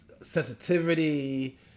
sensitivity